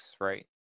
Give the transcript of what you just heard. right